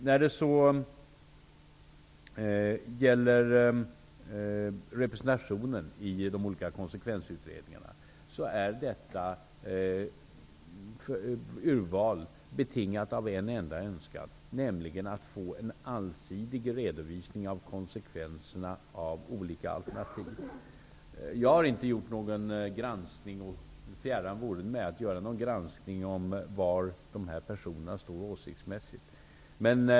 När det gäller representationen i de olika konsekvensutredningarna är detta urval betingat av en enda önskan, nämligen att få en allsidig redovisning av konsekvenserna av olika alternativ. Jag har inte gjort någon granskning -- det vore mig fjärran -- om var dessa personer står åsiktsmässigt.